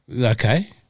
Okay